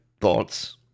thoughts